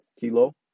Kilo